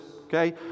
okay